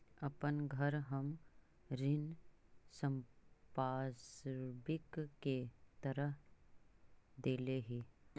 अपन घर हम ऋण संपार्श्विक के तरह देले ही